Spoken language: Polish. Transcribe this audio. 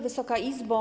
Wysoka Izbo!